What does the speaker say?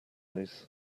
eyes